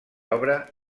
obra